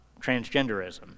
transgenderism